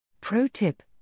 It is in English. Pro-tip